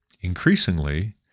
increasingly